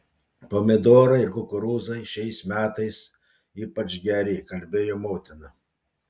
pomidorai ir kukurūzai šiais metais ypač geri kalbėjo motina